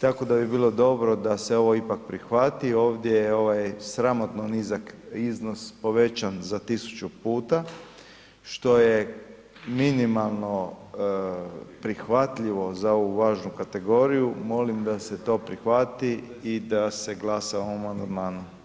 tako da bi bilo dobro da se ovo ipak prihvati, ovdje je ovaj sramotno nizak iznos povećan za 1000 puta što je minimalno prihvatljivo za ovu važnu kategoriju, molim da se to prihvati da se glasa o ovom amandmanu.